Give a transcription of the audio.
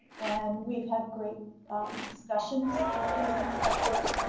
and we've had great discussions with these inspectors,